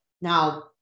Now